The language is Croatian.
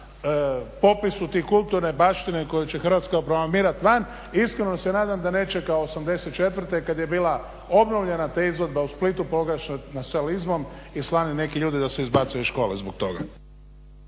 popisu te kulturne baštine koju će Hrvatska promovirat van i iskreno se nadam da neće kao '84. kad je bila obnovljena ta izvedba u Splitu … nacionalizmom i slani neki ljudi da se izbace iz škole zbog toga.